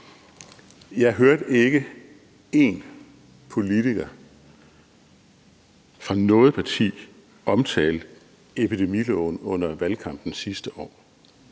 Jeg hørte ikke én politiker fra noget parti omtale epidemiloven under valgkampen sidste år